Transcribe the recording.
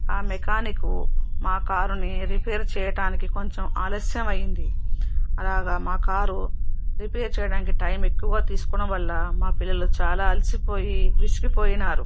ఆ మెకానిక్ మా కారుని రిపేరు చేయటానికి కొంచెం ఆలస్యం అయ్యింది అలాగ మా కారు రిపేరు చేయటానికి టైం ఎక్కువగా టైం తీసుకోవడం వల్ల మా పిల్లలు చాలా అలసిపోయి విసిగిపోయినారు